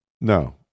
No